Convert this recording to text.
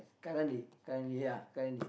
currently currently ya currently